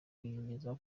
kuyigeza